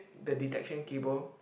the detection cable